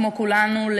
כמו כולנו,